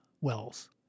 wells